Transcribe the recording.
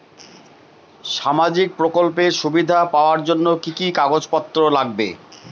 সামাজিক প্রকল্পের সুবিধা পাওয়ার জন্য কি কি কাগজ পত্র লাগবে?